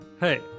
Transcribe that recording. Hey